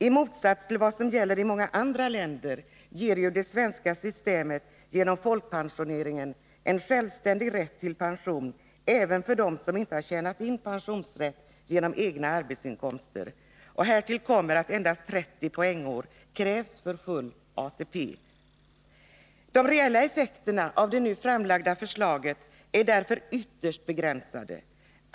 I motsats till vad som gäller i många andra länder ger det svenska systemet genom folkpensioneringen en självständig rätt till pension även för dem som inte tjänat in pensionsrätt genom egna arbetsinkomster. Härtill kommer att endast 30 poängår krävs för full ATP. De reella effekterna av det nu framlagda förslaget är därför ytterst begränsade.